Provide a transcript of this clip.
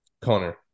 Connor